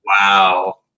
Wow